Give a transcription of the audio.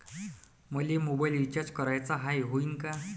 मले mobile recharge कराचा हाय, होईनं का?